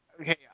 okay